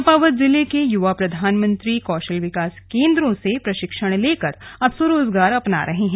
चंपावत जिले के युवा प्रधानमंत्री कौशल विकास केंद्रों से प्रशिक्षण लेकर अब स्वरोजगार अपना रहे हैं